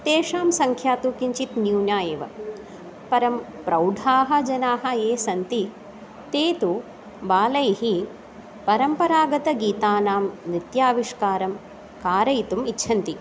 तेषां सङ्ख्या तु किञ्चित् न्यूना एव परं प्रौढाः जनाः ये सन्ति ते तु बालैः परम्परागतगीतानां नृत्याविष्कारं कारयितुम् इच्छन्ति